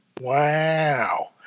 Wow